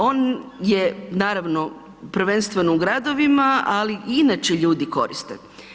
On je naravno prvenstveno u gradovima, ali inače ljudi koriste.